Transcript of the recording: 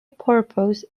purpose